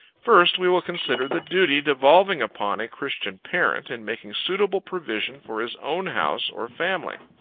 first, we will consider the duty devolving upon a christian parent, in making suitable provision for his own house, or family.